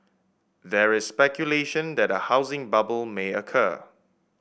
there is speculation that a housing bubble may occur